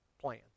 plan